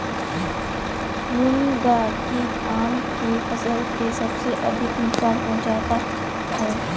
भुनगा कीट आम के फसल के सबसे अधिक नुकसान पहुंचावा हइ